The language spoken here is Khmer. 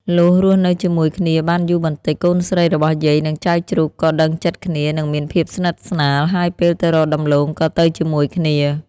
លុះរស់នៅជាមួយគ្នាបានយូបន្ដិច កូនស្រីរបស់យាយនឹងចៅជ្រូកក៏ដឹងចិត្ដគ្នានិងមានភាពស្និទ្ធស្នាល ហើយពេលទៅរកដំឡូងក៏ទៅជាមួយគ្នា។